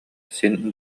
син